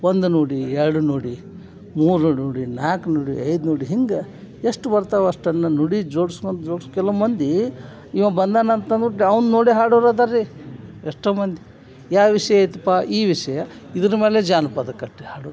ಒಂದು ನುಡಿ ಎರಡು ನುಡಿ ಮೂರು ನುಡಿ ನಾಲ್ಕು ನುಡಿ ಐದು ನುಡಿ ಹಿಂಗೆ ಎಷ್ಟು ಬರ್ತಾವೆ ಅಷ್ಟನ್ನು ನುಡಿ ಜೋಡ್ಸ್ಕೊಂತ ಜೋಡ್ಸಿ ಕೆಲವು ಮಂದಿ ಇವ ಬಂದಾನ ಅಂತ ಅಂದ್ಬುಟ್ಟು ಅವ್ನ ನೋಡೇ ಹಾಡೊರು ಅದಾರೆ ರೀ ಎಷ್ಟೋ ಮಂದಿ ಯಾವ ವಿಷಯ ಐತಪ್ಪಾ ಈ ವಿಷಯ ಇದ್ರ ಮೇಲೆ ಜಾನಪದ ಕಟ್ಟಿ ಹಾಡೋದು